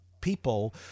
people